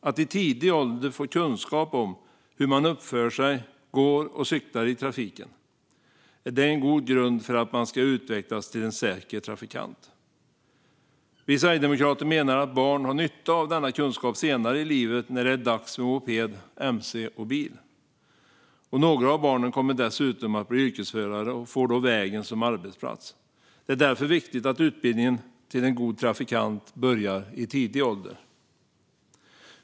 Att i tidig ålder få kunskap om hur man uppför sig, går och cyklar i trafiken är en god grund för att man ska utvecklas till en säker trafikant. Vi sverigedemokrater menar att barn har nytta av denna kunskap senare i livet när det är dags för moped, mc och bil. Några av barnen kommer dessutom att bli yrkesförare och få vägen som arbetsplats. Det är därför viktigt att utbildningen till en god trafikant börjar i tidig ålder.